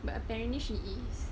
but apparently she is